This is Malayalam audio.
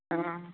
ആ